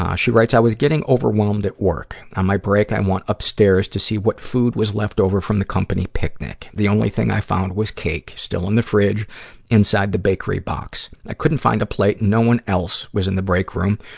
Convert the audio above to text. um she writes, i was getting overwhelmed at work. on my break, i went upstairs to see what food was left over from the company picnic. the only thing i found was cake, still in the fridge inside the bakery box. i couldn't find a plate and no one else was in the break room,